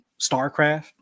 StarCraft